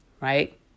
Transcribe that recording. Right